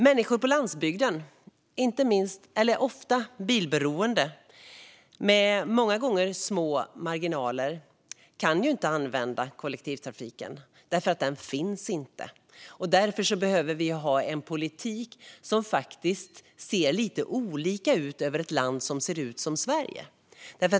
Människor på landsbygden är ofta bilberoende och har många gånger små marginaler. De kan ju inte använda kollektivtrafik, för det finns ingen. Därför behöver vi ha en politik som ser lite olika ut för ett land som ser ut som Sverige.